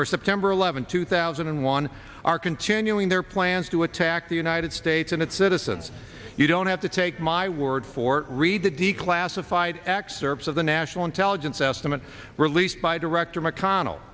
or september eleventh two thousand and one are continuing the plans to attack the united states and its citizens you don't have to take my word for it read the declassified excerpts of the national intelligence estimate released by director m